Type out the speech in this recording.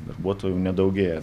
darbuotojų nedaugėja